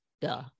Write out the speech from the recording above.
Duh